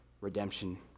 redemption